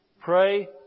Pray